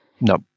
No